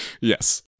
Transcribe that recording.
Yes